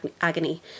agony